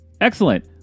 Excellent